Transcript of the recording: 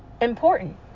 important